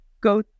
go